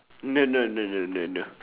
no no no no no no